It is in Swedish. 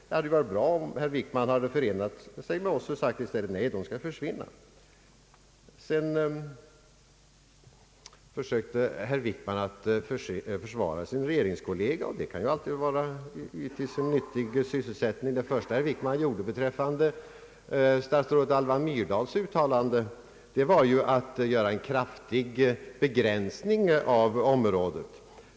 Det hade varit bra om herr Wickman i stället hade förenat sig med oss och sagt att dessa favörer skall försvinna. Sedan försökte herr Wickman försvara sin regeringskollega, och det kan givetvis vara en behövlig sysselsättning. Det första herr Wickman gjorde beträffande statsrådet Alva Myrdals uttalande var att kraftigt begränsa området.